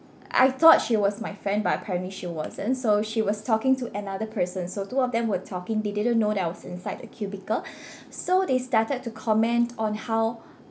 I thought she was my friend but apparently she wasn't so she was talking to another person so two of them were talking they didn't know that I was inside the cubicle so they started to comment on how